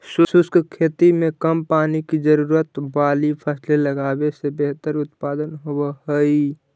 शुष्क खेती में कम पानी की जरूरत वाली फसलें लगावे से बेहतर उत्पादन होव हई